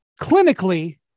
Clinically